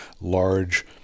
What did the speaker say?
large